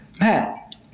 Matt